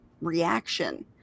reaction